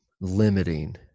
limiting